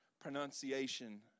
pronunciation